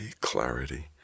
Clarity